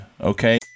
Okay